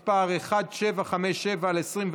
מס' 1757/24,